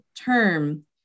term